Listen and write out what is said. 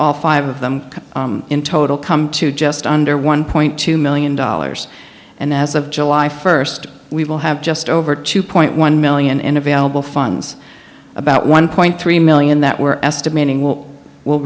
all five of them in total come to just under one point two million dollars and as of july first we will have just over two point one million in available funds about one point three million that we're estimating will w